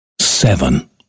seven